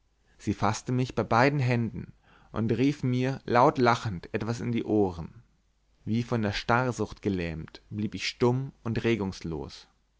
sie faßte mich bei beiden händen und rief mir laut lachend etwas in die ohren wie von der starrsucht gelähmt blieb ich stumm und regungslos